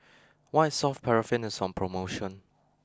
White Soft Paraffin is on promotion